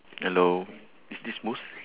hello is this mus